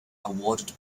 awarded